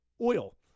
oil